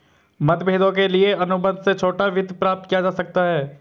मतभेदों के लिए अनुबंध से छोटा वित्त प्राप्त किया जा सकता है